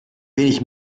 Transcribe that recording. wenig